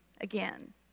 again